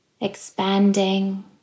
Expanding